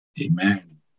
Amen